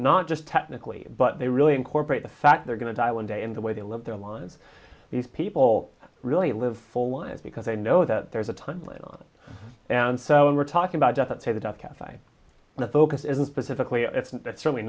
not just technically but they really incorporate the fact they're going to die one day in the way they live their lives these people really live full lives because they know that there's a time line on and so when we're talking about death say the death count by the focus isn't specifically it's certainly